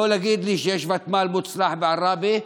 לא להגיד לי שיש ותמ"ל מוצלח בעראבה.